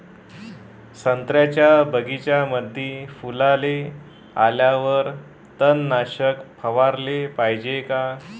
संत्र्याच्या बगीच्यामंदी फुलाले आल्यावर तननाशक फवाराले पायजे का?